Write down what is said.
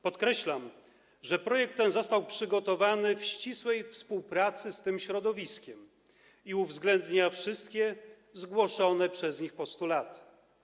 Podkreślam, że projekt ten został przygotowany w ścisłej współpracy z tym środowiskiem i uwzględnia wszystkie zgłoszone przez nie postulaty.